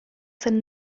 zen